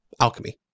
alchemy